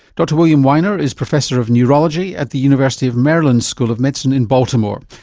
dr william weiner is professor of neurology at the university of maryland school of medicine in baltimore.